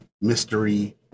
mystery